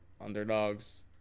Underdogs